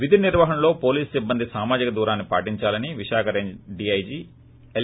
విధి నిర్వహణలో పోలీసు సిబ్బంది సామాజిక దూరాన్ని పాటిందాలని విశాఖ రేంజ్ డీఐజీ ఎల్